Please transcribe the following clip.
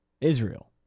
Israel